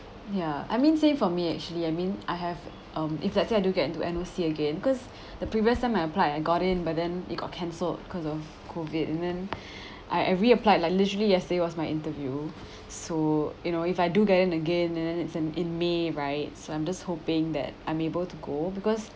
ya I mean same for me actually I mean I have um if let's say I do get into N_O_C again cause the previous time I applied I got in but then it got cancelled because of COVID and then I I re-applied like literally yesterday was my interview so you know if I do get in again and then it's in in may right so I'm just hoping that I'm able to go because